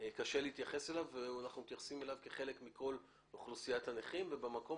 קשה להתייחס אליו ואנחנו מתייחסים אליו כחלק מכל אוכלוסיית הנכים ובמקום